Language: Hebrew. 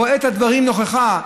רואה את הדברים נכוחה.